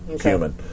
human